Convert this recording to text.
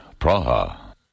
Praha